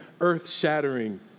earth-shattering